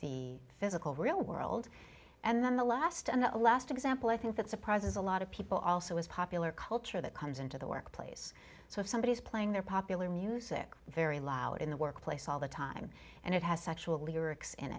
the physical real world and then the last and the last example i think that surprises a lot of people also is popular culture that comes into the workplace so if somebody is playing their popular music very loud in the workplace all the time and it has actually ricks in